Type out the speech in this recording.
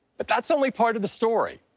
but that's only part of the story,